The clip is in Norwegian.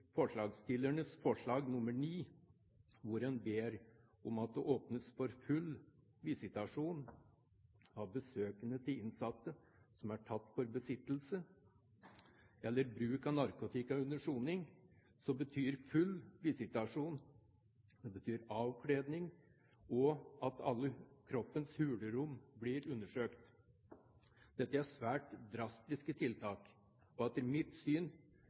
ber man om at det åpnes for «full visitasjon av besøkende til innsatte som er tatt for besittelse eller bruk av narkotika under soning». Full visitasjon betyr avkledning, og at alle kroppens hulrom blir undersøkt. Dette er svært drastiske tiltak og etter mitt syn